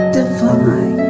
divine